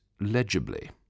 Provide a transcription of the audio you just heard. legibly